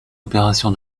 opération